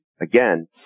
again